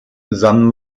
san